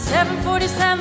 747